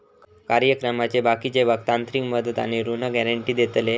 कार्यक्रमाचे बाकीचे भाग तांत्रिक मदत आणि ऋण गॅरेंटी देतले